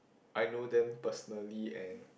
I know them personally and